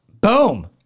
Boom